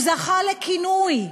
הוא זכה לכינוי,